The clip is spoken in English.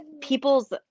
people's